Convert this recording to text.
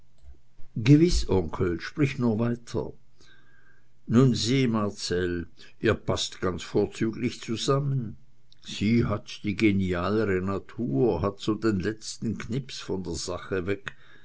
gewiß onkel sprich nur weiter nun sieh marcell ihr paßt ganz vorzüglich zusammen sie hat die genialere natur hat so den letzten knips von der sache weg